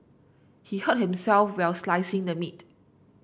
he hurt himself while slicing the meat